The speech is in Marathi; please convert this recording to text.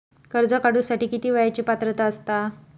कर्ज काढूसाठी किती वयाची पात्रता असता?